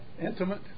intimate